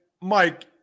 Mike